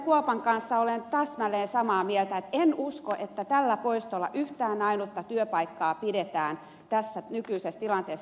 kuopan kanssa olen täsmälleen samaa mieltä että en usko että tällä poistolla yhtään ainutta työpaikkaa pidetään tässä nykyisessä tilanteessa